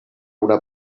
una